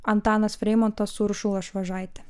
antanas freimontas uršula švažaite